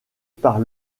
par